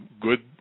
good